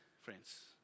friends